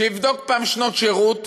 שיבדוק פעם שנות שירות,